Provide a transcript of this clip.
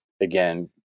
again